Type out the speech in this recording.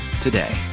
today